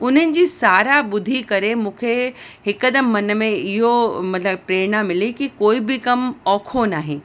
उन्हनि जी साराह ॿुधी करे मूंखे हिकदमि मन में इहो मतिलबु प्रेरणा मिली की कोई बि कमु औखो न आहे